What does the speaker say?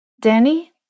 Danny